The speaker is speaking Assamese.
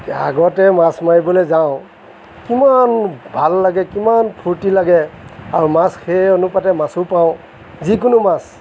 আগতে মাছ মাৰিবলৈ যাওঁ কিমান ভাল লাগে কিমান ফূৰ্তি লাগে আৰু মাছ সেই অনুপাতে মাছো পাওঁ যিকোনো মাছ